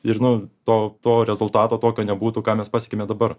ir nu to to rezultato tokio nebūtų ką mes pasiekiame dabar